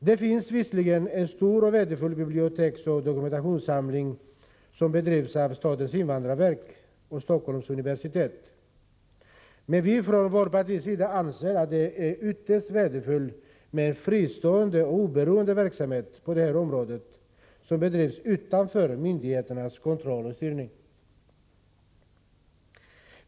Det finns visserligen ett stort och värdefullt bibliotek med dokumentationssamling som handhas av statens invandrarverk och Stockholms universitet. Men i vårt parti anser vi att det är ytterst värdefullt med en verksamhet som är fristående och oberoende och som bedrivs utan myndigheternas kontroll eller styrning.